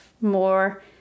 more